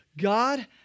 God